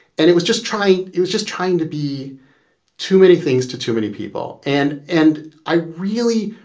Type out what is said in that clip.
and it was just trying it was just trying to be too many things to too many people. and and i really,